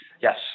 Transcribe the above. Yes